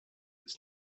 its